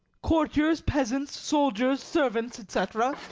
courtiers, peasants, soldiers, servants, etcetera.